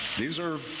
these are